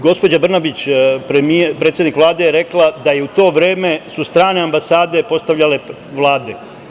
Gospođa Brnabić predsednik Vlade je rekla da su u to vreme strane ambasade postavljale vlade.